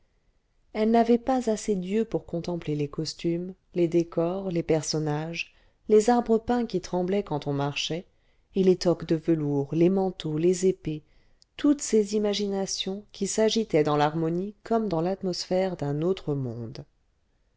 elle n'avait pas assez d'yeux pour contempler les costumes les décors les personnages les arbres peints qui tremblaient quand on marchait et les toques de velours les manteaux les épées toutes ces imaginations qui s'agitaient dans l'harmonie comme dans l'atmosphère d'un autre monde